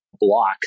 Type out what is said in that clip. block